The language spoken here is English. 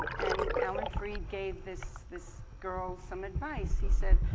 and alan freed gave this this girl some advice. he said,